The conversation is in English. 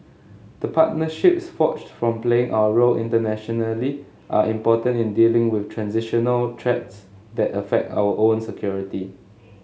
the partnerships forged from playing our role internationally are important in dealing with transnational threats that affect our own security